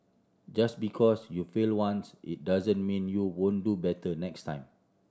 just because you fail once it doesn't mean you won't do better next time